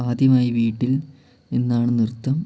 ആദ്യമായി വീട്ടിൽ എന്നാണ് നൃത്തം